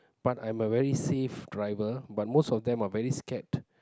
but I'm a very safe driver but most of them are very scared